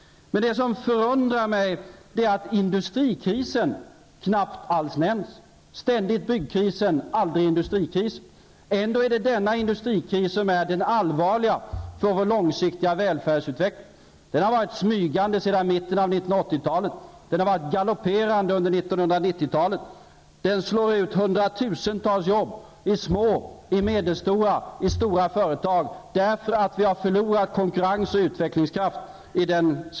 Men det som förundrar mig är att industrikrisen knappt alls nämns. Ständigt är det byggkrisen, men aldrig industrikrisen. Ändå är det denna industrikris som är allvarlig för den långsiktiga välfärdsutvecklingen. Den har varit smygande sedan mitten av 1980-talet, och den har varit galopperande under 1990-talet. Den slår ut hundratusentals arbetstillfällen i små, medelstora och stora företag. Det beror på att den svenska ekonomin har förlorat i konkurrens och utvecklingskraft.